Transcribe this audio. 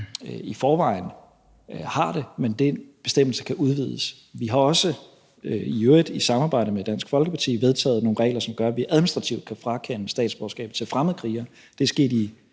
i forvejen har det, men den bestemmelse kan udvides. Vi har i øvrigt også i samarbejde med Dansk Folkeparti vedtaget nogle regler, som gør, at vi administrativt kan frakende fremmedkrigere statsborgskabet; det er sket i